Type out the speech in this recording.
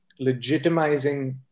legitimizing